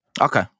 Okay